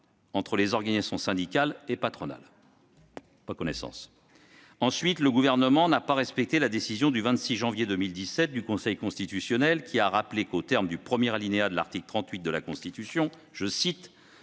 entre les organisations syndicales et patronales. Ensuite, le Gouvernement n'a pas respecté la décision du 26 janvier 2017 du Conseil constitutionnel, qui a rappelé que, aux termes du premier alinéa de l'article 38 de la Constitution, « le